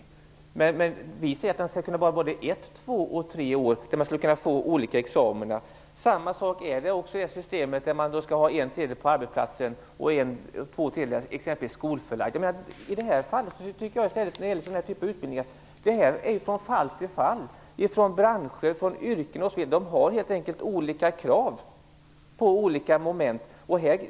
Vi anser att utbildningen skall kunna vara ett, två eller tre år och att man skall kunna få olika examina. Samma sak är det med systemet där man skall ha en tredjedel av utbildningen på arbetsplatsen och två tredjedelar skolförlagd. När det gäller den här typen av utbildningar får man avgöra från fall till fall. Brandchef och andra yrken har olika krav i olika moment.